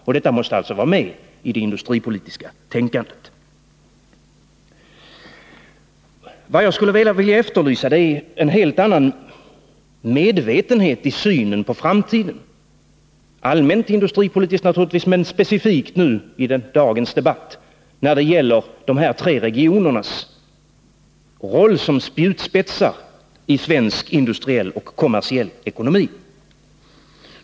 Detta måste således finnas med i det industripolitiska tänkandet. — Nr 21 Jag efterlyser en helt annan medvetenhet i synen på framtiden. Det gäller Måndagen den naturligtvis allmänt industripolitiskt, men i dagens debatt specifikt beträf 9 november 1981 fande dessa tre regioners roll som spjutspetsar i svensk industriell och kommersiell ekonomi.